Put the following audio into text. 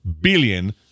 billion